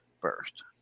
first